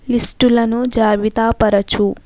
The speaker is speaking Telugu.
లిస్టులను జాబితా పరచు